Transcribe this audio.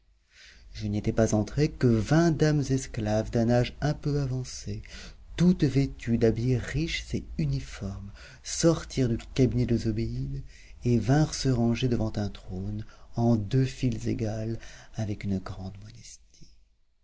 je n'y étais pas entré que vingt dames esclaves d'un âge un peu avancé toutes vêtues d'habits riches et uniformes sortirent du cabinet de zobéide et vinrent se ranger devant un trône en deux files égales avec une grande modestie